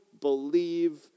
believe